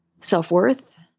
self-worth